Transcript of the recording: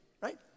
right